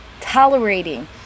tolerating